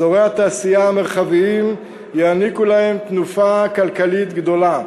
אזורי התעשייה המרחביים יעניקו להם תנופה כלכלית גדולה.